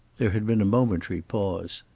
there had been a momentary pause.